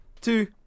two